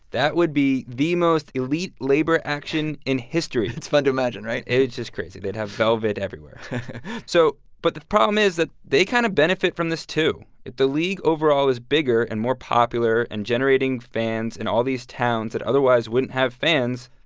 that would be the most elite labor action in history it's fun to imagine, right? it's just crazy. they'd have velvet everywhere so but the problem is that they kind of benefit from this, too. if the league overall is bigger and more popular and generating fans in all these towns that otherwise wouldn't have fans,